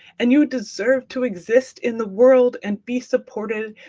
and you deserve to exist in the world and be supported,